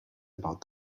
about